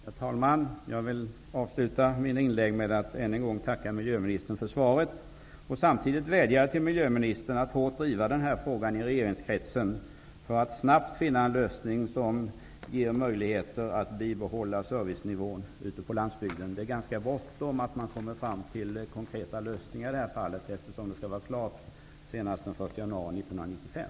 Herr talman! Jag vill avsluta mina inlägg med att än en gång tacka miljöministern för svaret. Samtidigt vill jag vädja till miljöministern att hårt driva denna fråga i regeringskretsen så att det snabbt går att finna en lösning som ger möjligheter att bibehålla servicenivån ute på landsbygden. Det är ganska bråttom med att komma fram till konkreta lösningar. De skall ju finnas till den 1 januari 1995.